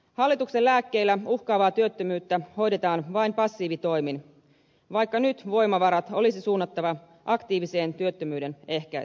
hallituksen lääkkeillä uhkaavaa työttömyyttä hoidetaan vain passiivitoimin vaikka nyt voimavarat olisi suunnattava aktiiviseen työttömyyden ehkäisyyn